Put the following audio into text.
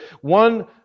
one